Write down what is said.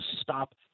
stop